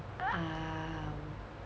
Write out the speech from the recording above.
um